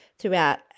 Throughout